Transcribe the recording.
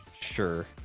Sure